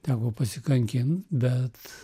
teko pasikankint bet